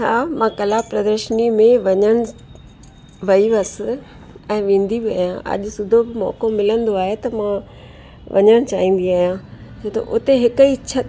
हा मां कला प्रदर्शनी में वञणु वई हुअसि ऐं वेंदी बि आहियां अॼु सूदो बि मौको मिलंदो आहे त मां वञणु चाहींदी आहियां उते हिक ई छित